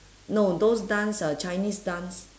no those dance uh chinese dance